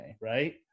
right